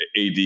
ad